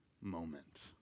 Moment